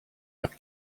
leur